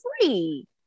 free